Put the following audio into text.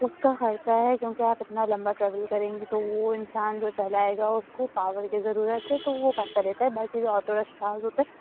اُس کا خرچہ ہے کیونکہ آپ اتنا لمبا ٹریول کریں گے تو وہ انسان جو چلائے گا اُس کو پاور کی ضرورت ہے تو وہ پیسہ لیتا ہے باقی جو آٹو رکشاز ہوتے